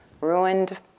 ruined